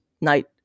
night